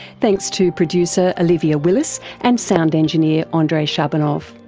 thanks to producer olivia willis and sound engineer ah andrei shabunov.